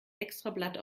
extrablatt